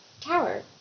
tower